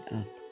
up